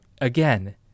again